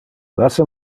lassa